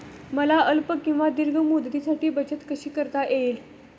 मला अल्प किंवा दीर्घ मुदतीसाठी बचत कशी करता येईल?